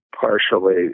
partially